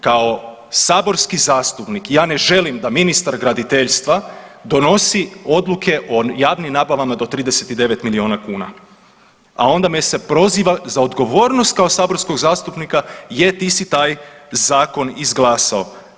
Kao saborski zastupnik ja ne želim da ministar graditeljstva donosi odluke o javnim nabavama do 39 milijuna kuna, a onda me se proziva za odgovornost kao saborskog zastupnika, je ti si taj zakon izglasao.